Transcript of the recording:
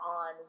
on